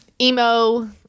Emo